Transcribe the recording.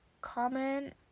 comment